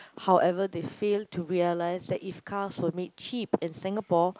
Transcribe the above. however they fail to realize that if car's permit is cheap in Singapore